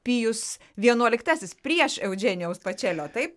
pijus vienuoliktasis prieš eudženijaus pačelio taip